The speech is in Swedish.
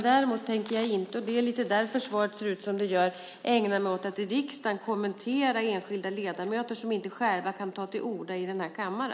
Däremot tänker jag inte, och det är lite grann därför som svaret ser ut som det gör, ägna mig åt att i riksdagen kommentera enskilda ledamöter som inte själva kan ta till orda i denna kammare.